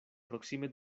proksime